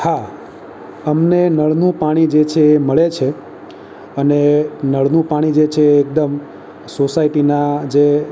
હા અમને નળનું પાણી જે છે એ મળે છે અને નળનું પાણી જે છે એ એકદમ સોસાયટીના જે